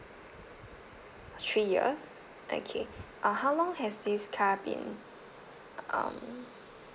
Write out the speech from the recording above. three years okay uh how long has this car been um